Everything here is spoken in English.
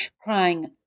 crying